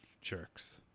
jerks